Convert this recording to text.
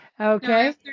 okay